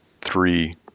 three